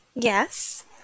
Yes